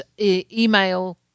email